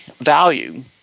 value